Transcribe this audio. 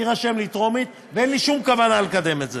שיירשם לי טרומית, ואין לי שום כוונה לקדם את זה.